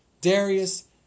Darius